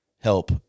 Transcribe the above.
help